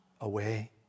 away